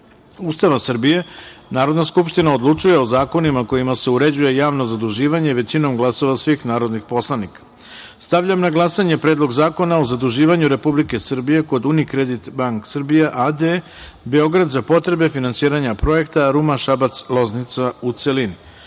Srbije, Narodna skupština odlučuje o zakonima kojima se uređuje javno zaduživanje većina glasova svih narodnih poslanika. Stavljam na glasanje Predlog zakona o zaduživanju Republike Srbije UniCredit Bank Srbija, A.D. Beograd za potrebe finansiranja Projekta Ruma – Šabac – Loznica, u